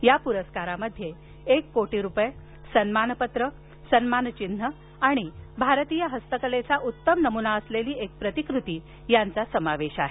या पुरस्कारामध्ये एक कोटी रुपये सन्मानपत्रशील सन्मानचिन्ह आणि भारतीय हस्तकलेचा उत्तम नमुना असलेली एकप्रतिकृती यांचा समावेश आहे